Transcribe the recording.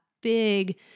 big